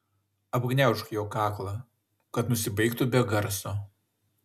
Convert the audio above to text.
apgniaužk jo kaklą kad nusibaigtų be garso